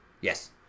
Yes